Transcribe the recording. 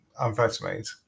amphetamines